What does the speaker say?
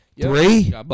Three